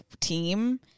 team